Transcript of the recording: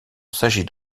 sajid